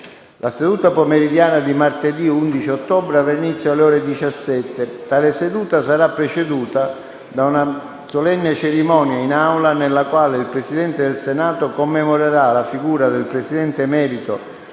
La seduta pomeridiana di martedì 11 ottobre avrà inizio alle ore 17. Tale seduta sarà preceduta da una solenne cerimonia in Aula, nella quale il Presidente del Senato commemorerà la figura del presidente emerito